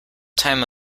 time